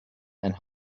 and